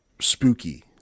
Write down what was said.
Spooky